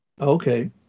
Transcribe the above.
Okay